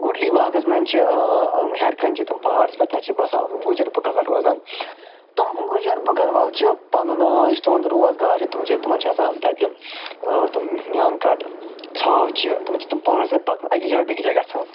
گُٹلی باغس منٛز چھِ ہیرِ کنہِ چھِ تِم پہاڑس پیٹھ تتہِ چھِ ہُم گجر بکروال روزان تم گجر بکروال چھِ پنُن یہِ تہنٛد روزگار چھُ تِم چھِ تِمن چھُ آسان تتہِ میاکٹ ژھاوجہِ تِم چھِ تِم پانس سۭتۍ أکِس جاے پیٹھ بیکِس جاے گژھان